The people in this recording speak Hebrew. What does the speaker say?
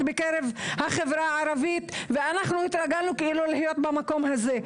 בקרב החברה הערבית ואנחנו התרגלנו להיות במקום הזה,